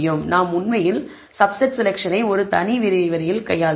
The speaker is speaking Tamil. நான் உண்மையில் சப்செட் செலெக்ஷனை ஒரு தனி விரிவுரையில் கையாளுவேன்